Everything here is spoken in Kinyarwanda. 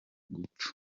gupfa